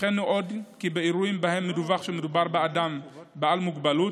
עוד הנחינו כי באירועים שבהם מדווח שמדובר באדם עם מוגבלות,